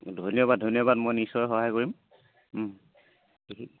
ধন্যবাদ ধন্যবাদ মই নিশ্চয় সহায় কৰিম